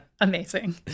amazing